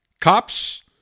Cops